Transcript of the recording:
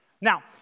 Now